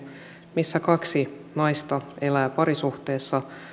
missä kaksi naista elää parisuhteessa